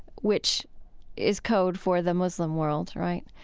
which is code for the muslim world. right?